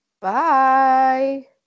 Bye